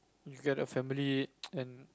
get a family and